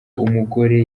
umugore